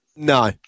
No